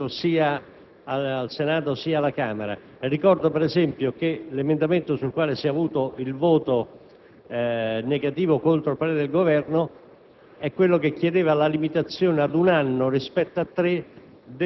con quanto è emerso dal confronto sia al Senato sia alla Camera. Ricordo, per esempio, che l'emendamento sul quale si è avuto il voto favorevole contro il parere del Governo